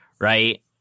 right